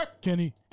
Kenny